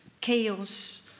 chaos